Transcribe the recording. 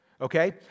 Okay